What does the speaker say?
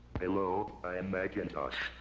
hello i am macintosh.